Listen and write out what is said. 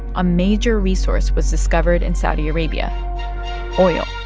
a major resource was discovered in saudi arabia oil